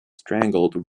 strangled